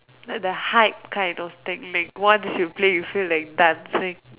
like the hype kind of technique once you play you feel like dancing